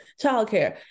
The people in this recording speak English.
childcare